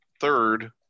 third